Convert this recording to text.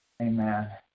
Amen